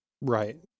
Right